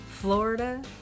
Florida